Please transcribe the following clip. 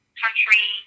country